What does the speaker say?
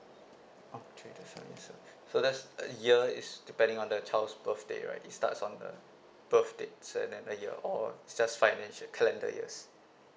orh two to seven years old so that's a year it's depending on the child's birthday right it starts on the birthday's another year or it's just financial calendar years